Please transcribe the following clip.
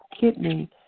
kidney